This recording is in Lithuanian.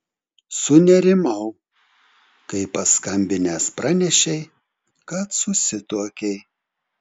sunerimau kai paskambinęs pranešei kad susituokei